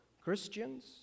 Christians